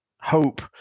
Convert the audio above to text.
hope